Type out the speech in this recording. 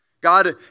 God